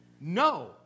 No